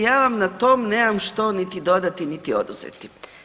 Ja vam na to nema što niti dodati niti oduzeti.